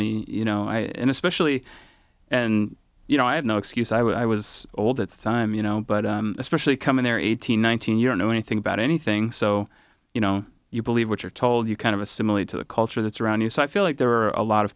me you know and especially you know i had no excuse i was old at the time you know but especially coming there eighteen one thousand you don't know anything about anything so you know you believe what you're told you kind of assimilate to the culture that's around you so i feel like there are a lot of